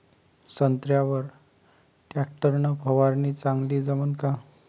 संत्र्यावर वर टॅक्टर न फवारनी चांगली जमन का?